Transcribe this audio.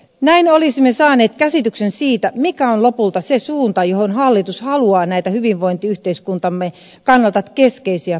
näin olisimme saaneet käsityksen siitä mikä on lopulta se suunta johon hallitus haluaa näitä hyvinvointiyhteiskuntamme kannalta keskeisiä palveluja kehittää